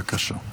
בבקשה.